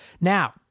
Now